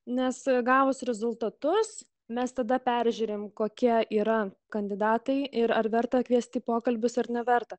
nes gavus rezultatus mes tada peržiūrime kokie yra kandidatai ir ar verta kviesti pokalbius ar neverta